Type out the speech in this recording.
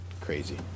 crazy